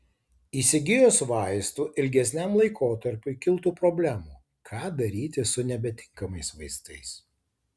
įsigijus vaistų ilgesniam laikotarpiui kiltų problemų ką daryti su nebetinkamais vaistais